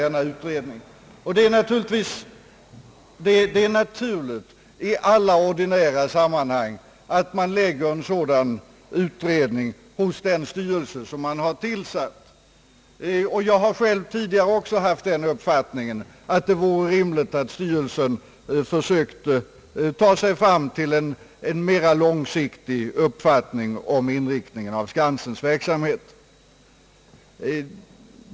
bidrag till stiftelsen Skansen denna utredning. Det är naturligt i alla ordinära sammanhang att man placerar en sådan utredning hos den styrelse som man har tillsatt, och jag har själv tidigare också haft den uppfattningen att det vore rimligt att styrelsen försökte komma fram till en mer långsiktig uppfattning om inriktningen av Skansens verksamhet.